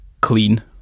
clean